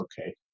okay